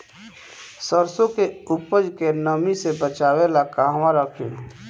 सरसों के उपज के नमी से बचावे ला कहवा रखी?